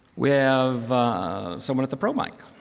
we have someone at the pro mic.